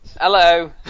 hello